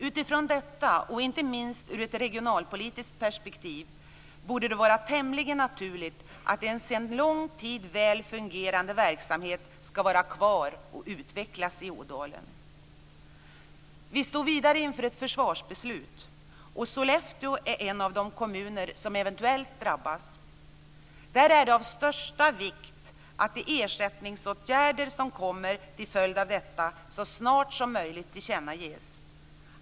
Utifrån detta och inte minst i ett regionalpolitiskt perspektiv borde det vara tämligen naturligt att en sedan lång tid väl fungerande verksamhet ska vara kvar och utvecklas i Ådalen. Vi står vidare inför ett försvarsbeslut, och Sollefteå är en av de kommuner som eventuellt kommer att drabbas. Det är av största vikt att de ersättningsåtgärder som kommer till följd av detta så snart som möjligt tillkännages.